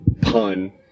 pun